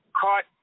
caught